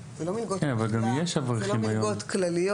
זה לא מלגות כלליות.